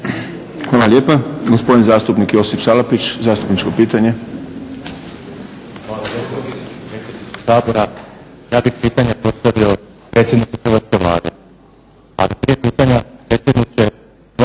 Hvala lijepa. Gospodin zastupnik Josip Salapić, zastupničko pitanje.